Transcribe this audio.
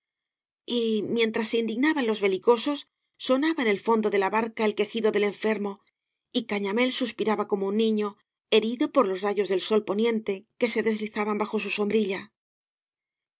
y mientras se indignaban los belicosos sonaba en el fondo de la barca el quejido del enfermo y cañamél suspiraba como un niño herido por los rayos del sol poniente que se deslizaban bajo su sombrilla